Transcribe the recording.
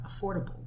affordable